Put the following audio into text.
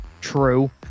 True